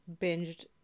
binged